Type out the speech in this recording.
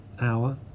hour